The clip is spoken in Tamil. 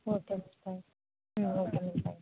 okay ma'am thank you hmm okay ma'am thank you